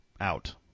out